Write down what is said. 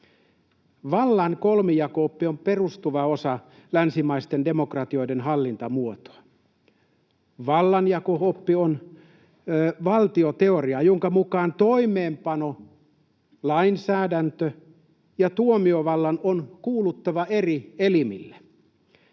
Vallan kolmijako-oppi on perustava osa länsimaisten demokratioiden hallintamuotoa. Vallanjako-oppi on valtioteoriaa, jonka mukaan toimeenpanon, lainsäädännön ja tuomiovallan on kuuluttava eri elimille.